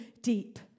deep